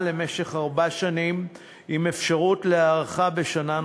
למשך ארבע שנים עם אפשרות להארכה בשנה.